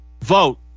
vote